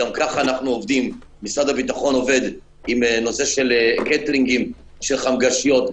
גם ככה משרד הביטחון עובד עם קייטרינגים של חמגשיות,